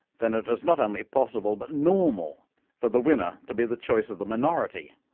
then it is not only possible but normal for the winner to be the choice of the minority.